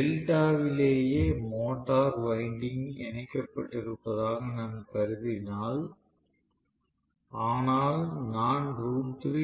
டெல்டாவிலேயே motor winding இணைக்கப்பட்டிருப்பதாக நான் கருதினால் ஆனால் நான் 1